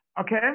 okay